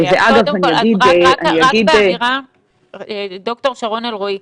ד"ר שרון אלרעי,